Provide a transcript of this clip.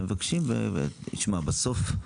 שמע בסוף,